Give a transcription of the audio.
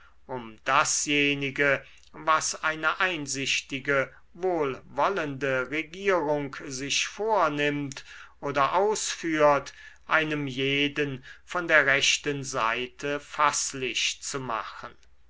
um dasjenige was eine einsichtige wohlwollende regierung sich vornimmt oder ausführt einem jeden von der rechten seite faßlich zu machen